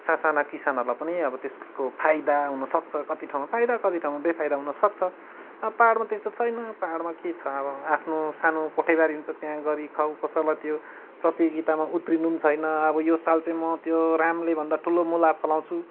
सासाना किसानहरूलाई पनि त्यसको फाइदा हुनसक्छ कति ठाउँमा फाइदा कति ठाउँमा बेफाइदा हुनसक्छ अब पाहाडमा त्यस्तो छैन पाहाडमा के छ अब आफ्नो सानो कोठेबारी हुन्छ त्यहाँ गरिखाऊ कसैलाई त्यो प्रतियोगितामा उत्रिनु पनि छैन अब यो साल चाहिँ म त्यो रामले भन्दा ठुलो मुला फलाउँछु